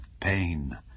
pain